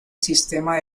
sistema